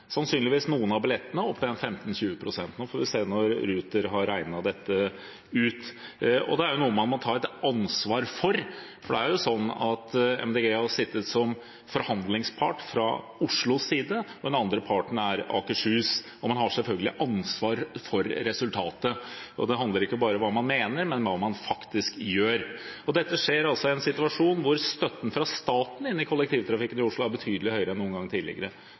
Sannsynligvis går noen av billettene opp med 15–20 pst. – vi får se når Ruter har regnet dette ut. Det er noe man må ta et ansvar for, for Miljøpartiet De Grønne har sittet som forhandlingspart fra Oslos side – den andre parten er Akershus – og man har selvfølgelig ansvar for resultatet. Det handler ikke bare om hva man mener, men om hva man faktisk gjør. Dette skjer altså i en situasjon hvor støtten fra staten inn i kollektivtrafikken i Oslo er betydelig høyere enn noen gang tidligere.